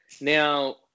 Now